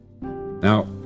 Now